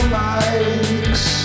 mics